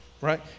right